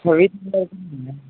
ஓ